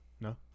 no